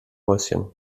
häuschen